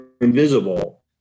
invisible